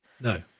No